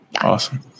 Awesome